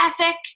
ethic